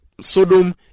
Sodom